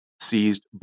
seized